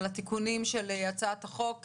על התיקונים של הצעת החוק,